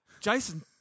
Jason